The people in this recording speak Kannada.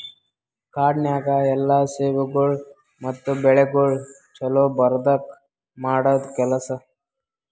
ಕಾಡನ್ಯಾಗ ಎಲ್ಲಾ ಸೇವೆಗೊಳ್ ಮತ್ತ ಬೆಳಿಗೊಳ್ ಛಲೋ ಬರದ್ಕ ಮಾಡದ್ ಕೆಲಸ